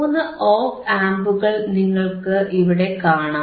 മൂന്ന് ഓപ് ആംപുകൾ നിങ്ങൾക്ക് ഇവിടെ കാണാം